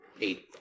Eight